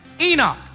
Enoch